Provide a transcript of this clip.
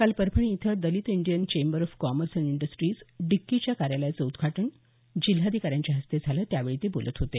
काल परभणी इथं Dalit Indian chamber of commerce and industries DICCI च्या कार्यालयाचं उद्घाटन जिल्हाधिकाऱ्यांच्या हस्ते झालं त्यावेळी ते बोलत होते